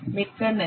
மிக்க நன்றி